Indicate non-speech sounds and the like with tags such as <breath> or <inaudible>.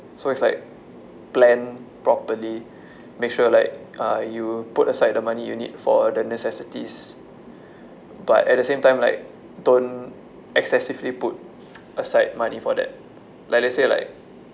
so it's like plan properly <breath> make sure like uh you put aside the money you need for the necessities but at the same time like don't excessively put aside money for that like let's say like